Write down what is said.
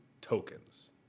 tokens